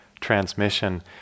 transmission